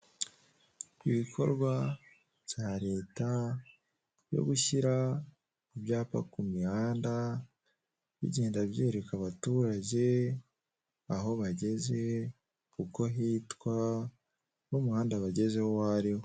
Ibi ibikorwa bya leta byo gushyira ibyapa ku mihanda bigenda byereka abaturage aho bageze kuko hitwa n'umuhanda bagezeho uwo ari wo.